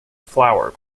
flower